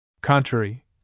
contrary